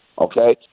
okay